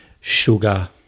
sugar